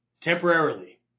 temporarily